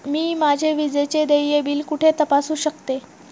मी माझे विजेचे देय बिल कुठे तपासू शकते?